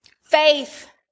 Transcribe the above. Faith